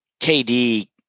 KD